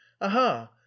aha